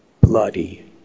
bloody